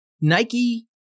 Nike